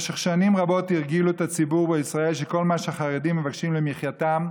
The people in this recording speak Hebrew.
במשך שנים רבות הרגילו את הציבור בישראל שכל מה שחרדים מבקשים למחייתם,